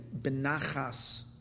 benachas